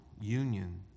union